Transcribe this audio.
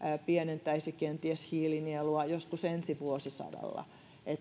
pienentäisi kenties hiilinieluja joskus ensi vuosisadalla